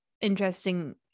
interesting